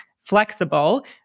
flexible